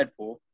Deadpool